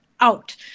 out